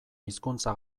hizkuntza